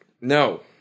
No